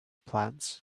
plants